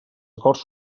acords